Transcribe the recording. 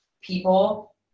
people